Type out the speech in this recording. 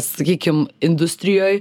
sakykim industrijoj